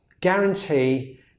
guarantee